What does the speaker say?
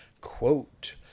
Quote